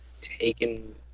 taken